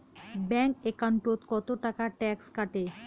Bank একাউন্টত কতো টাকা ট্যাক্স কাটে?